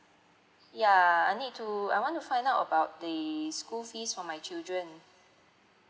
ya I need to I want to find out about the school fees for my children